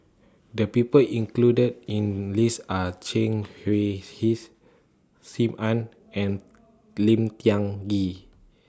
The People included in list Are Chen Hui Hsi SIM Ann and Lim Tiong Ghee